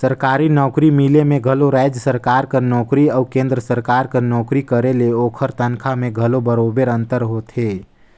सरकारी नउकरी मिले में घलो राएज सरकार कर नोकरी अउ केन्द्र सरकार कर नोकरी करे ले ओकर तनखा में घलो बरोबेर अंतर होथे